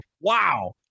Wow